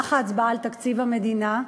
במהלך ההצבעה על תקציב המדינה,